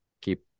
keep